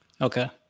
Okay